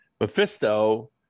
Mephisto